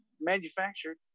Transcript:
manufactured